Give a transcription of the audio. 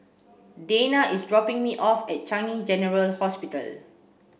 Dayna is dropping me off at Changi General Hospital